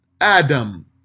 Adam